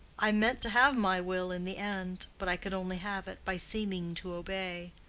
i meant to have my will in the end, but i could only have it by seeming to obey.